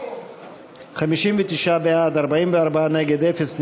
59 בעד, 44 נגד, אפס נמנעים.